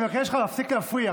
אני מבקש ממך להפסיק להפריע,